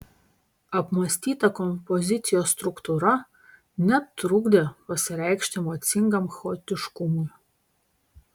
apmąstyta kompozicijos struktūra netrukdė pasireikšti emocingam chaotiškumui